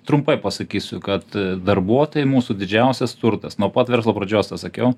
trumpai pasakysiu kad darbuotojai mūsų didžiausias turtas nuo pat verslo pradžios tą sakiau